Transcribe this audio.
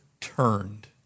turned